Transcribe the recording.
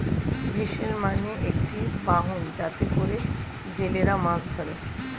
vessel মানে একটি বাহন যাতে করে জেলেরা মাছ ধরে